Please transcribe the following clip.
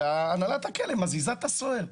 והנהלת הכלא מזיזה את הסוהר.